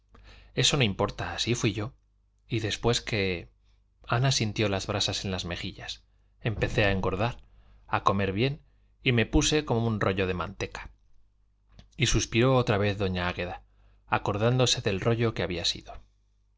eso no importa así fuí yo y después que ana sintió brasas en las mejillas empecé a engordar a comer bien y me puse como un rollo de manteca y suspiró otra vez doña águeda acordándose del rollo que había sido